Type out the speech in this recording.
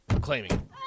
Claiming